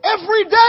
everyday